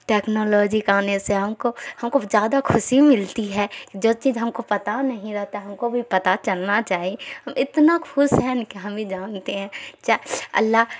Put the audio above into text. technology کا آنے سے ہم کو ہم کو زیادہ خوشی ملتی ہے جو چیز ہم کو پتہ نہیں رہتا ہم کو بھی پتہ چلنا چاہیے ہم اتنا خوش ہیں نا کہ ہم ہی جانتے ہیں اللہ